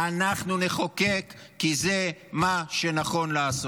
אנחנו נחוקק כי זה מה שנכון לעשות.